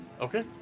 Okay